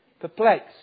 Perplexed